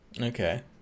okay